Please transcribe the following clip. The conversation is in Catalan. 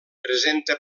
presenta